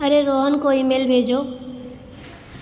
अरे रोहन को ईमेल भेजो